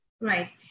Right